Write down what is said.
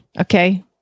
Okay